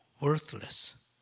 worthless